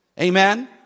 Amen